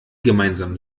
gemeinsam